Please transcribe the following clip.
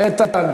איתן,